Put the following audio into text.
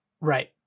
Right